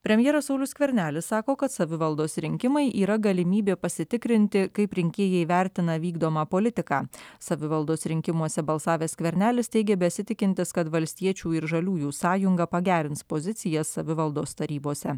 premjeras saulius skvernelis sako kad savivaldos rinkimai yra galimybė pasitikrinti kaip rinkėjai vertina vykdomą politiką savivaldos rinkimuose balsavęs skvernelis teigė besitikintis kad valstiečių ir žaliųjų sąjunga pagerins pozicijas savivaldos tarybose